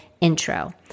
intro